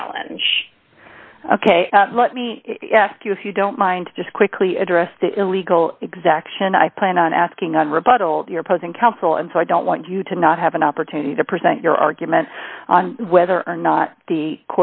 challenge ok let me ask you if you don't mind just quickly address the illegal exaction i plan on asking on rebuttal the opposing counsel and so i don't want you to not have an opportunity to present your argument on whether or not the